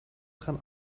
gaan